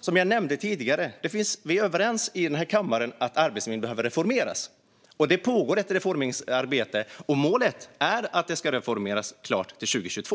Som jag nämnde tidigare är vi överens i denna kammare om att Arbetsförmedlingen behöver reformeras. Det pågår ett reformarbete. Målet är att det ska vara klart till 2022.